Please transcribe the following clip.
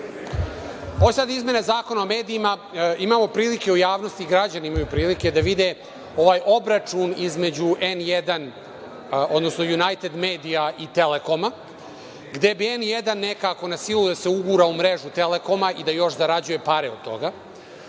Ove sad izmene Zakona o medijima, imamo prilike u javnosti, građani imaju prilike da vide ovaj obračun između N1, odnosno „Junajted medija“ i „Telekoma“, gde bi N1 nekako na silu da se ugura u mrežu „Telekoma“ i da još zarađuje pare od toga,